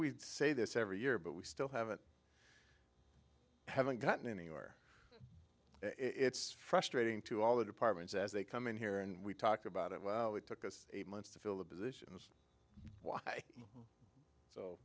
we say this every year but we still haven't haven't gotten anywhere it's frustrating to all the departments as they come in here and we talked about it well it took us eight months to fill the positions